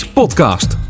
podcast